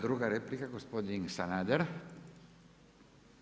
Druga replika, gospodin Sanader.